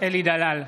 אלי דלל,